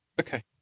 okay